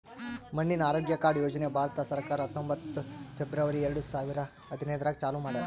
ಮಣ್ಣಿನ ಆರೋಗ್ಯ ಕಾರ್ಡ್ ಯೋಜನೆ ಭಾರತ ಸರ್ಕಾರ ಹತ್ತೊಂಬತ್ತು ಫೆಬ್ರವರಿ ಎರಡು ಸಾವಿರ ಹದಿನೈದರಾಗ್ ಚಾಲೂ ಮಾಡ್ಯಾರ್